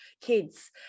kids